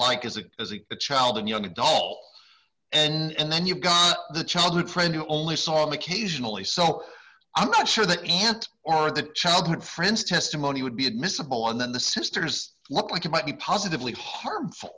like as a as a child and young adult and then you've got the childhood friend who only saw him occasionally so i'm not sure that yet are the childhood friends testimony would be admissible and then the sisters looks like it might be positively harmful